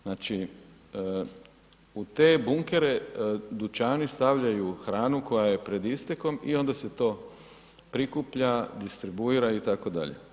Znači u te bunkere, dućani stavljaju hranu koje je pred istekom i onda se to prikuplja, distribuira itd.